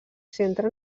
centre